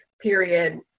period